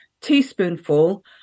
teaspoonful